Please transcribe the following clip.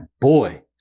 boy